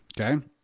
Okay